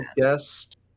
guest